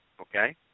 okay